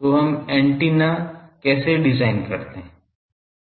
तो हम एंटीना कैसे डिजाइन करते हैं